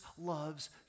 loves